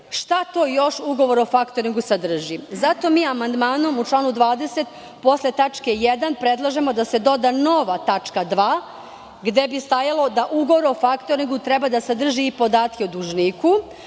šta to još ugovor o faktoringu sadrži. Zato mi amandmanom u 20, posle tačke 1, predlažemo da se doda nova tačka 2. gde bi stajalo da ugovor o faktoringu treba da sadrži i podatke o dužniku.